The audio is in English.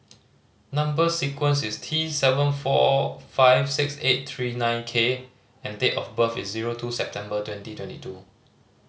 number sequence is T seven four five six eight three nine K and date of birth is zero two September twenty twenty two